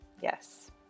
Yes